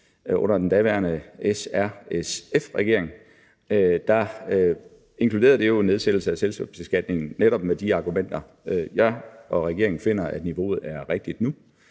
under den daværende SRSF-regering, inkluderede det en nedsættelse af selskabsbeskatningen, netop med de argumenter. Jeg og regeringen finder, at niveauet er rigtigt nu,